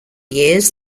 years